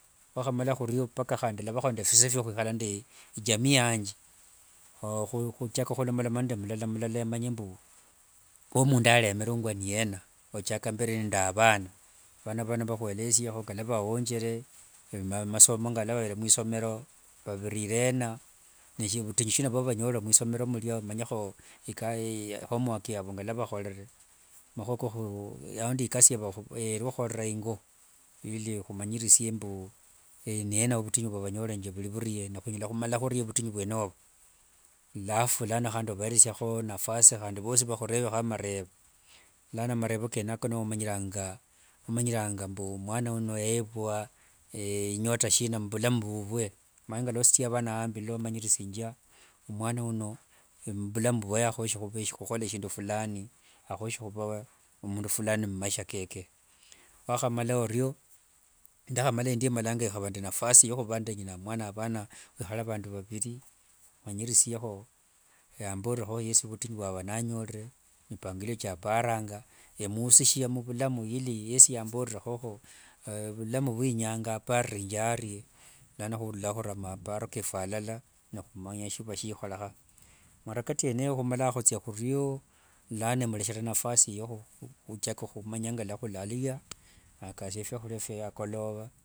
Hwahamala hulyo mpaka handi ndalabaho nde bisa vya hwihala nde ijamii yanje. Ohuchaka hulomaloma nde mlala mlala emanye mbu omundu aremerwanga ni yena. Ochaka mberi nde abana, bana bano bahwelezeho ngalwa baonjere, amasomo ngalwa babere mwisomero babirire yena, butinyu shina bwa banyorere mwisomero murya omanyeho homework yabu ngalwa bahorere. Mahua yandika ingo ili humanyirisie mbu niyena obutinyu bubanyoreranga vuli vuli ne hunyala humala hurye butinyu bwene obo. Alafu lano handi oberesyaho nafasi handi bosi bahureveho amarebo, lano amarebo kene ako nomanyiranga mbu mwana uno yebwa nyota shina mubulamu bubwe. Omanye ngalwa osutia bana aambi nilwomanyisiringia omwana uno bulamu bwaye ahoyeshe ohuhola shindu fulani, ahoyeshe huba omundu fulani mumaisha keke. Ndahamala endiyo emalanga ehaba nde nafasi yahuba nde ng'ina mwana abana hwihala abandu babiri, manyirisyeho, amboleleho yesi butinyu bwabananyorere, mipangoliyo kya aparanga, emuhusishia mubulamu ili yesi yambolelehoho bulamu bwe inyanga aparirenge arye lano hululao hula amaparo kefu alala nohumanya shiba shieholeha. Muhalakati yene eyo humalanga hutsia huryo lano emulehela inyafasi yohuchaka humanya ngalwa hulaliya, akasia byahulia bya angoloba.